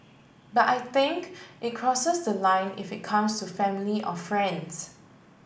but I think it crosses the line if it comes to family or friends